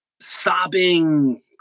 sobbing